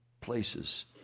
places